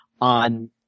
on –